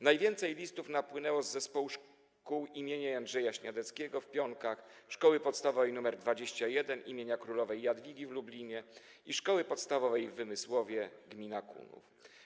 Najwięcej listów napłynęło z Zespołu Szkół im. Jędrzeja Śniadeckiego w Pionkach, Szkoły Podstawowej nr 21 im. Królowej Jadwigi w Lublinie i Szkoły Podstawowej w Wymysłowie, gm. Kunów.